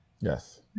Yes